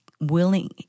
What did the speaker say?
willing